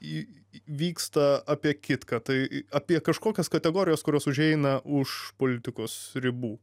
vyksta apie kitką tai apie kažkokias kategorijas kurios užeina už politikos ribų